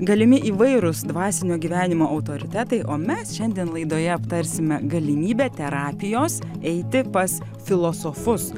galimi įvairūs dvasinio gyvenimo autoritetai o mes šiandien laidoje aptarsime galimybę terapijos eiti pas filosofus